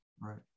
Right